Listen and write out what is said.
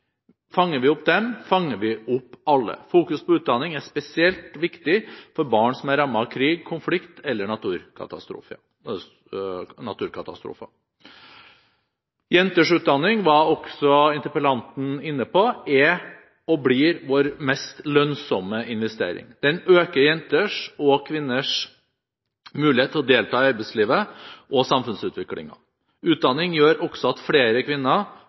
Fanger vi opp dem, fanger vi opp alle. Fokus på utdanning er spesielt viktig for barn som er rammet av krig, konflikt eller naturkatastrofer. Jenters utdanning – det var interpellanten også inne på – er og blir vår mest lønnsomme investering. Den øker jenters og kvinners mulighet til å delta i arbeidslivet og i samfunnsutviklingen. Utdanning gjør også at flere kvinner